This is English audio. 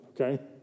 okay